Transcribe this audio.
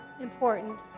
important